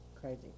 Crazy